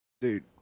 Dude